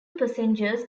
passengers